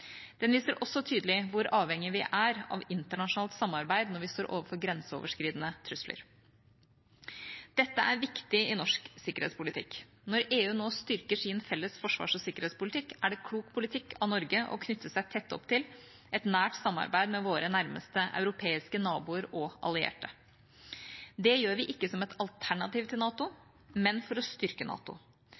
Den viser også tydelig hvor avhengige vi er av internasjonalt samarbeid når vi står overfor grenseoverskridende trusler. Dette er viktig i norsk sikkerhetspolitikk. Når EU nå styrker sin felles forsvars- og sikkerhetspolitikk, er det klok politikk av Norge å knytte seg tett opp til et nært samarbeid med våre nærmeste europeiske naboer og allierte. Det gjør vi ikke som et alternativ til NATO, men for å styrke NATO.